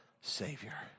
Savior